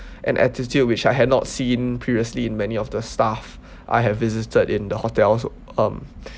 an attitude which I had not seen previously in many of the staff I have visited in the hotel so um